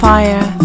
fire